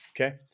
okay